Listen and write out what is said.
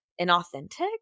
inauthentic